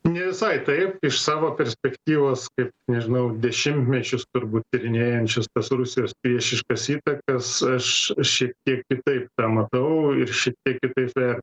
ne visai taip iš savo perspektyvos kaip nežinau dešimtmečius turbūt tyrinėjančias tas rusijos priešiškas įtakas kiek kitaip tematau ir šiek tiek kitaip